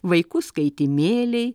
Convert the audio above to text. vaikus skaitymėliai